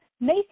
Macy